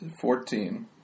Fourteen